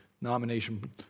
nomination